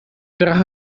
drache